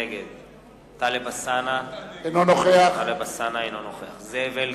נגד טלב אלסאנע, אינו נוכח זאב אלקין,